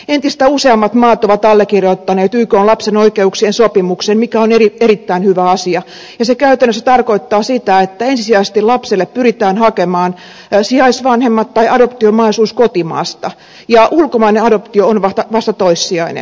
entistä useammat maat ovat allekirjoittaneet ykn lapsen oikeuksien sopimuksen mikä on erittäin hyvä asia ja se käytännössä tarkoittaa sitä että ensisijaisesti lapsille pyritään hakemaan sijaisvanhemmat tai adoptiomahdollisuus kotimaasta ja ulkomainen adoptio on vasta toissijainen